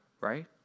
right